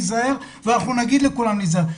נגיד לכולם להיזהר,